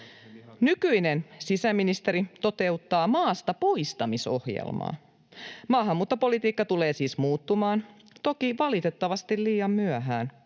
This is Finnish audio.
Nykyinen sisäministeri toteuttaa maastapoistamisohjelmaa. Maahanmuuttopolitiikka tulee siis muuttumaan, toki valitettavasti liian myöhään.